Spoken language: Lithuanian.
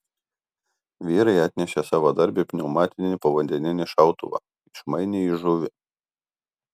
vyrai atnešė savadarbį pneumatinį povandeninį šautuvą išmainė į žuvį